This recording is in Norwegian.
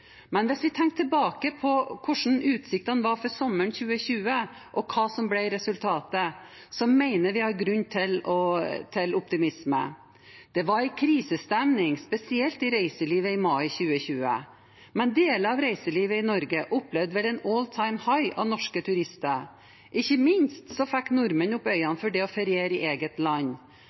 Men hvis vi tenker tilbake på hvordan utsiktene var for sommeren 2020, og hva som ble resultatet, mener jeg vi har grunn til optimisme. Det var en krisestemning spesielt i reiselivet i mai 2020, men deler av reiselivet i Norge opplevde vel en «all time high» av norske turister. Ikke minst fikk nordmenn øynene opp for det å feriere i eget land.